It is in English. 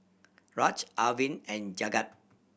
Aaj Arvind and Jagat